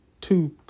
two